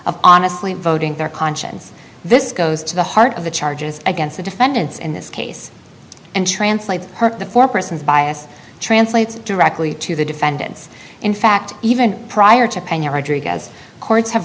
of honestly voting their conscience this goes to the heart of the charges against the defendants in this case and translates hurt the four persons bias translates directly to the defendants in fact even prior to our drug as courts have